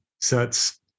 sets